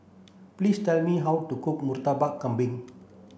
please tell me how to cook Murtabak Kambing